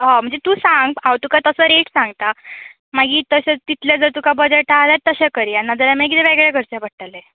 हय म्हणजे तूं सांग हांव तुका तसो रेट सांगता मागीर तशे तितलेंत तुका बजेट आसा जाल्या तशे करया नाजाल्यार मागीर वेगळें करचें पडटलें